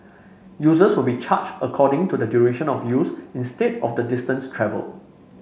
users will be charged according to the duration of use instead of the distance travelled